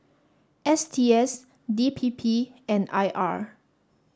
S T S D P P and I R